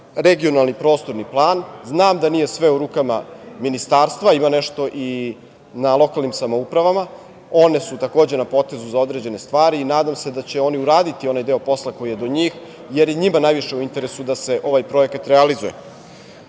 regionalni prostorni plan, znam da nije sve u rukama ministarstva, ima nešto i na lokalnim samoupravama, one su, takođe na potezu za određene stvari i nadam se da će oni uraditi onaj deo posla koji je do njih, jer je i njima najviše u interesu da se ovaj projekat realizuje. Drugo